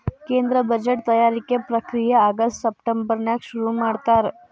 ಕೇಂದ್ರ ಬಜೆಟ್ ತಯಾರಿಕೆ ಪ್ರಕ್ರಿಯೆ ಆಗಸ್ಟ್ ಸೆಪ್ಟೆಂಬರ್ನ್ಯಾಗ ಶುರುಮಾಡ್ತಾರ